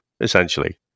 essentially